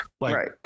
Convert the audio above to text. Right